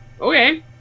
okay